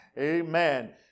Amen